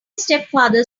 stepfather